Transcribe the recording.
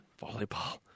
volleyball